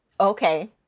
Okay